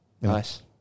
Nice